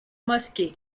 mosquée